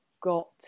got